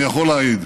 אני יכול להעיד.